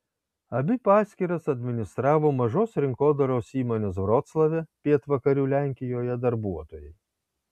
abi paskyras administravo mažos rinkodaros įmonės vroclave pietvakarių lenkijoje darbuotojai